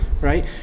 right